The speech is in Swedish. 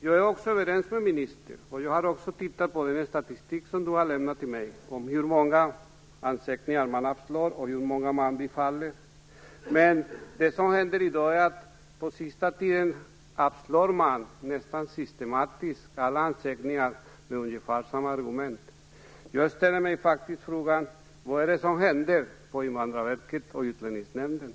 Jag är överens med ministern - jag har tittat på den statistik som ministern lämnat över till mig - om hur många ansökningar som avslås respektive bifalles. Men under senare tid avslås nästan systematiskt alla ansökningar med ungefär samma argument. Vad är det som händer på Invandrarverket och i Utlänningsnämnden?